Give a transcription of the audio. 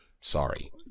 sorry